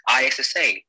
ISSA